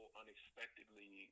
unexpectedly